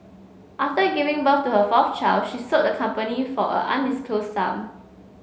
after giving birth to her fourth child she sold the company for an undisclosed sum